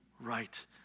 right